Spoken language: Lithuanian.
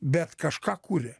bet kažką kuria